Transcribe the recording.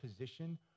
position